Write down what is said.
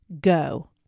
Go